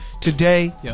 Today